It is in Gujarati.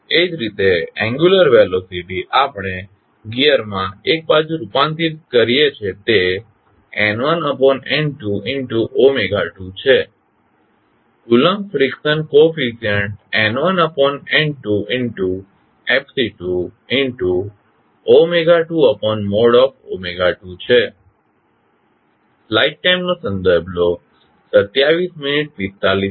એ જ રીતે એંગ્યુલર વેલોસીટી આપણે ગિઅરમાં એક બાજુ રૂપાંતરિત કરીએ છીએ તે N1N22 છે કુલંબ ફ્રીક્શન કોફીસ્યંટ N1N2Fc222 છે